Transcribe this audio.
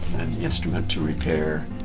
instrument to repair.